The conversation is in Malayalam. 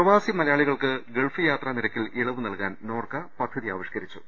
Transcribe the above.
പ്രവാസി മലയാളികൾക്ക് ഗൾഫ് യാത്രാ നിരക്കിൽ ഇളവ് നൽകാൻ നോർക്ക പദ്ധതി ആവിഷ്കരിച്ചു